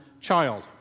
child